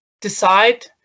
decide